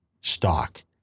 stock